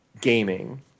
gaming